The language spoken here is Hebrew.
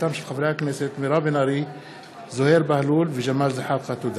תודה רבה, אדוני.